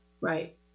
Right